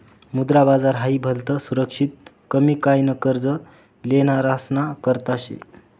मुद्रा बाजार हाई भलतं सुरक्षित कमी काय न कर्ज लेनारासना करता शे